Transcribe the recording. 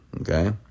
okay